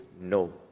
no